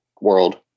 world